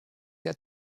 der